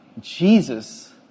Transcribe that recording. Jesus